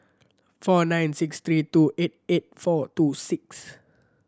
four nine six three two eight eight four two six